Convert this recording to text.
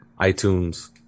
iTunes